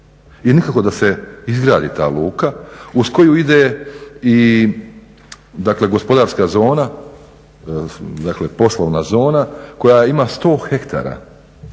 nikako da se izgradi ta luka uz koju ide i dakle, gospodarska zona, dakle poslovna zona koja ima 100 hektara